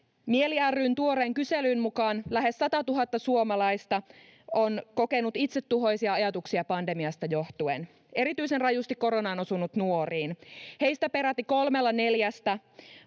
MIELI ry:n tuoreen kyselyn mukaan lähes 100 000 suomalaista on kokenut itsetuhoisia ajatuksia pandemiasta johtuen. Erityisen rajusti korona on osunut nuoriin. Heistä peräti kolmella neljästä